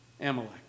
Amalek